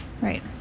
Right